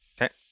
Okay